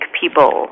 people